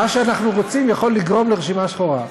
מה שאנחנו רוצים יכול לגרום לרשימה שחורה.